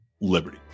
liberty